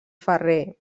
ferrer